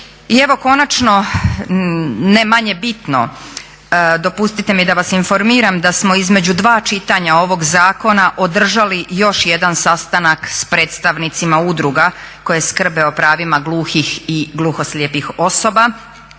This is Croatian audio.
I evo konačno ne manje bitno dopustite mi da vas informiram da smo između dva čitanja ovog zakona održali još jedan sastanak sa predstavnicima udruga koje skrbe o pravima gluhih i gluho slijepih osoba.